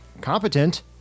competent